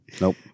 Nope